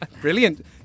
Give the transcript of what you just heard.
Brilliant